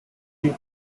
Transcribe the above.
duke